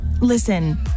listen